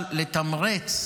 מועדפת.